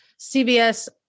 CBS